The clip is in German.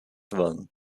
werden